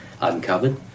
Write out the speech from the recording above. uncovered